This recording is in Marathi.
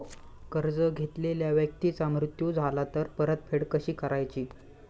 कर्ज घेतलेल्या व्यक्तीचा मृत्यू झाला तर परतफेड कशी करायची?